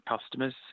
customers